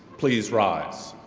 please rise.